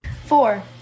Four